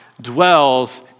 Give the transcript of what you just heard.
dwells